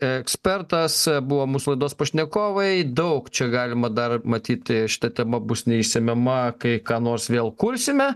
ekspertas buvo mūsų laidos pašnekovai daug čia galima dar matyt šita tema bus neišsemiama kai ką nors vėl kursime